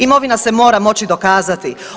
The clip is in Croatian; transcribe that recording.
Imovina se mora moći dokazati.